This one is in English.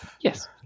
yes